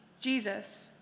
Jesus